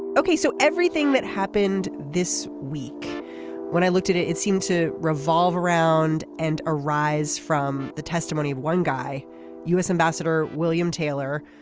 ok. so everything that happened this week when i looked at it it seemed to revolve revolve around and arise from the testimony of one guy u s. ambassador william taylor.